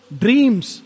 dreams